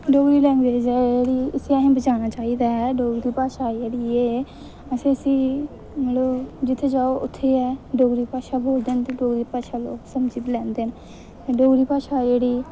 Dogri language ऐ जेहड़ी ऐ इसी असें बचाना चाहिदा डोगरी भाशा जेहड़ी ऐ असें इसी मतलब जित्थै जाओ उत्थै गै डोगरी भाशा बोलदे न डोगरी भाशा लोग समझी बी लैंदे न डोगरी भाशा जेहड़ी